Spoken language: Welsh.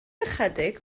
ychydig